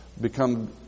become